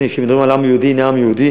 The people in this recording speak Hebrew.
הנה, כשמדברים על העם היהודי, הנה העם היהודי.